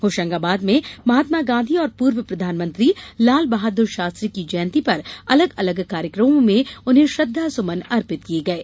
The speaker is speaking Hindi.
होशंगाबाद में महात्मा गांधी और पूर्व प्रधानमंत्री लाल बहाद्र शास्त्री की जयंती पर अलग अलग कार्यकमों में उन्हें श्रद्धा सुमन अर्पित किये गये